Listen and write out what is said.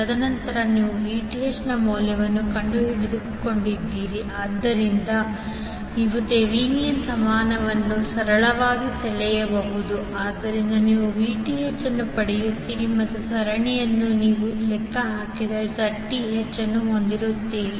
ತದನಂತರ ನೀವು Vth ನ ಮೌಲ್ಯವನ್ನು ಕಂಡುಕೊಂಡಿದ್ದೀರಿ ಆದ್ದರಿಂದ ನೀವು ಥೆವೆನಿನ್ ಸಮಾನವನ್ನು ಸರಳವಾಗಿ ಸೆಳೆಯಬಹುದು ಆದ್ದರಿಂದ ನೀವು Vth ಅನ್ನು ಪಡೆಯುತ್ತೀರಿ ಮತ್ತು ಸರಣಿಯಲ್ಲಿ ನೀವು ಲೆಕ್ಕ ಹಾಕಿದ Zth ಅನ್ನು ಹೊಂದಿರುತ್ತದೆ